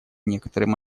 некоторым